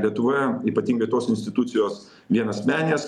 lietuvoje ypatingai tos institucijos vienasmenės